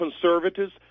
conservatives